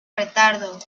retardo